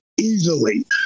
easily